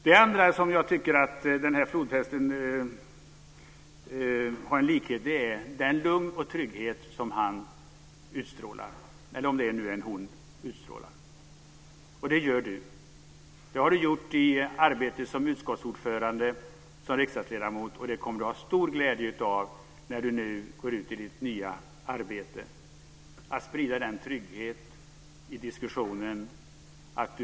Den andra likheten med den här flodhästen gäller det lugn och den trygghet som den utstrålar. Den utstrålningen har du. Den har du haft i arbetet som utskottsordförande, som riksdagsledamot, och den kommer du att ha stor glädje av när du nu går ut i ditt nya arbete. Det handlar om att sprida trygghet i diskussionen.